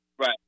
Right